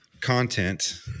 content